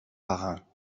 parrain